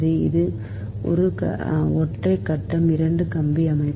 எனவே இது ஒற்றை கட்டம் 2 கம்பி அமைப்பு